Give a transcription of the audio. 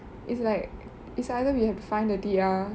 it's like it's either we have to find a T_R